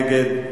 נגד,